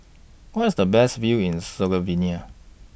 Where IS The Best View in Slovenia